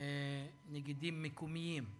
נגידים מקומיים.